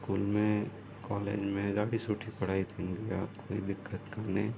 school में college में अहिड़ा बि सुठी पढ़ाई थींदी आहे कोई दिक़त कोन्हे